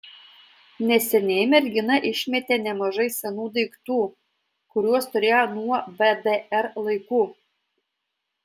neseniai mergina išmetė nemažai senų daiktų kuriuos turėjo nuo vdr laikų